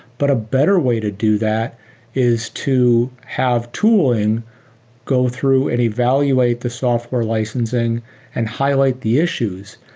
but a better way to do that is to have tooling go through and evaluate the software licensing and highlight the issues.